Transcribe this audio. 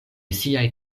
siaj